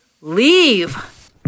leave